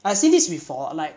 I see this before like